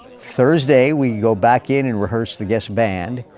thursday we go back in and rehearse the guest band.